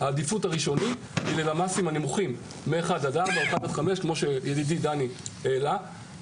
אתה יורד קומה